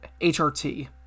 HRT